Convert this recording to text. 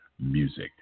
Music